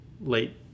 late